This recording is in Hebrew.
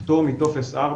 פטור מטופס 4,